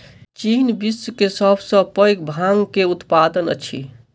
चीन विश्व के सब सॅ पैघ भांग के उत्पादक अछि